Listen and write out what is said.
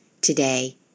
today